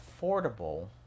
affordable